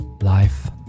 life